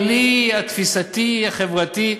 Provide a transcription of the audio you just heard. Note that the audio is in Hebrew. הישראלי, התפיסתי, החברתי.